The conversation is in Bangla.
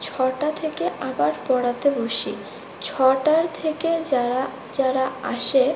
ছটা থেকে আবার পড়াতে বসি ছটার থেকে যারা যারা আসে